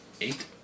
Eight